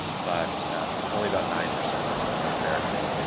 but only about nine percent of americans.